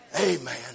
Amen